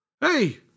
Hey